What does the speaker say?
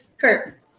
Kurt